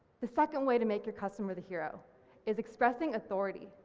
the second way to make your customer the hero is expressing authority.